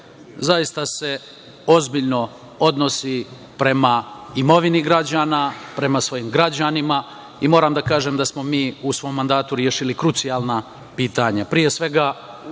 zaista se ozbiljno odnosi prema imovini građana, prema svojim građanima i moram da kažem da smo u svom mandatu rešili krucijalna pitanja.